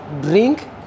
Drink